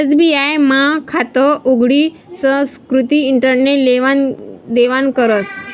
SBI मा खातं उघडी सुकृती इंटरनेट लेवान देवानं करस